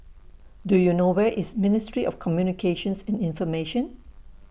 Do YOU know Where IS Ministry of Communications and Information